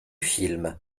film